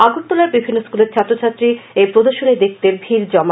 আগরতলার বিভিন্ন স্কুলের ছাত্রছাত্রী এই প্রদর্শনী দেখতে ভীড় জমায়